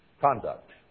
conduct